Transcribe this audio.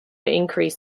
increase